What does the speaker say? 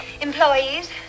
employees